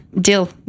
Deal